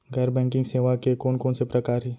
गैर बैंकिंग सेवा के कोन कोन से प्रकार हे?